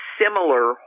similar